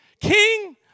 king